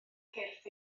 cyrff